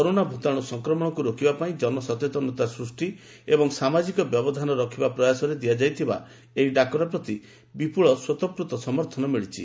corona ଭୂତାଣୁ ସଂକ୍ରମଣକୁ ରୋକିବାପାଇଁ ଜନ ସଚେତନତା ସୃଷ୍ଟି ଏବଂ ସାମାଜିକ ବ୍ୟବଧାନ ରଖିବା ପ୍ରୟାସରେ ଦିଆଯାଇଥିବା ଏହି ଡକରା ପ୍ରତି ବିପୁଳ ସ୍ୱତସ୍ଟର୍ତ୍ତ ସମର୍ଥନ ମିଳିଛି